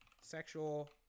sexual